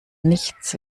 nichts